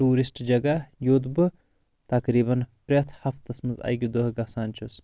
tourist جگہہ یوٚت بہٕ تقریٖبن پرٛٮ۪تھ ہفتس منٛز اکہِ دۄہ گژھان چھُس